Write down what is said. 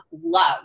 love